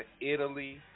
Italy